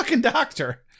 doctor